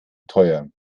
teuer